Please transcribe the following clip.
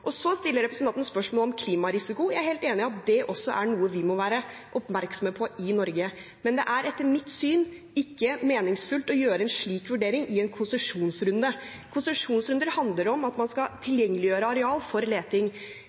Så stiller representanten spørsmål om klimarisiko. Jeg er helt enig i at det også er noe vi må være oppmerksom på i Norge, men det er etter mitt syn ikke meningsfullt å gjøre en slik vurdering i en konsesjonsrunde. Konsesjonsrunder handler om at man skal tilgjengeliggjøre arealer for leting.